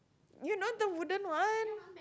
you know the wooden one